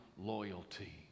loyalty